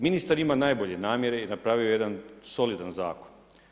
Ministar ima najbolje namjere i napravio je jedan solidan zakon.